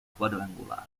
quadrangolare